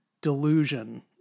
delusion